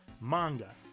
manga